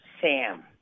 Sam